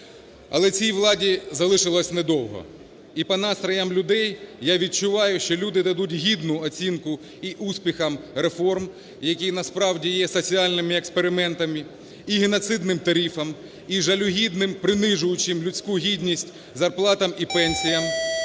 Але цій владі залишилося недовго. І по настроям людей я відчуваю, що люди дадуть гідну оцінку і успіхам реформ, які насправді є соціальними експериментами, і геноцидним тарифам, і жалюгідним принижуючим людську гідність зарплатам і пенсіям.